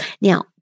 Now